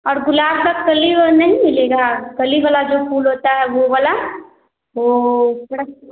और गुलाब का कली व नहीं मिलेगा कली वाला जो फूल होता है वह वाला वह थोड़ा